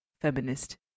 feminist